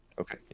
Okay